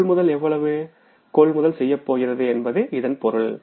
எனவே கொள்முதல் எவ்வளவு கொள்முதல் செய்யப் போகிறது என்பது இதன் பொருள்